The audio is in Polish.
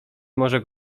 morze